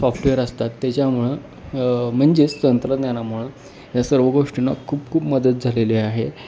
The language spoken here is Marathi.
सॉफ्टवेअर असतात त्याच्यामुळं म्हणजेच तंत्रज्ञानामुळं या सर्व गोष्टींना खूप खूप मदत झालेली आहे